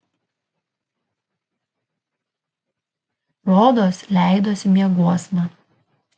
rodos leidosi mieguosna